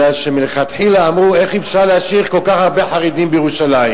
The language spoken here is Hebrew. כי מלכתחילה אמרו: איך אפשר להשאיר כל כך הרבה חרדים בירושלים?